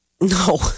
No